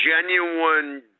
genuine